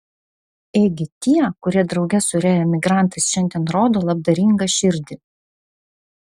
ėgi tie kurie drauge su reemigrantais šiandien rodo labdaringą širdį